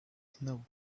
snow